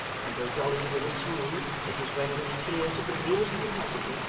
and though dolly was in a swoon, it was rendered clear to the meanest capacity,